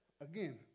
Again